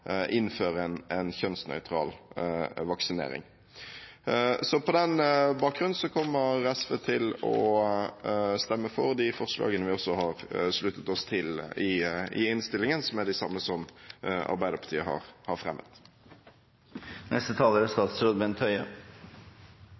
innføre en kjønnsnøytral vaksinering. Så på den bakgrunn kommer SV til å stemme for de forslagene vi også har sluttet oss til i innstillingen, som er de samme som Arbeiderpartiet har